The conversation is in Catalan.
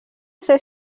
ser